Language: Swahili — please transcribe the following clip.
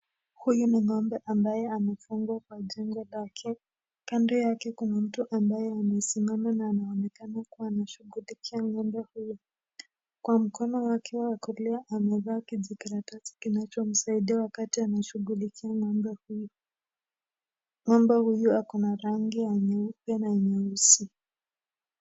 Huyu ni ng'ombe ambaye amefungwa kwa jengo lake, kando yake kuna mtu ambaye amesimama na anaonekana kuwa anashughulikia ng'ombe huyo. Kwa mkono wake wa kulia amevaa kijikaratasi kinachomsaidia wakati anashughulikia ng'ombe huyo. Ng'ombe huyo ako na rangi ya nyeupe na nyeusi.